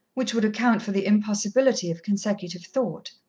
which would account for the impossibility of consecutive thought.